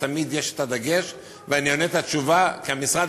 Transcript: תמיד יש הדגש ואני עונה את התשובה כי המשרד